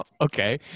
Okay